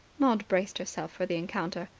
maud braced herself for the encounter.